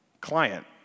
client